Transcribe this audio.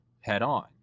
head-on